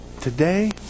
today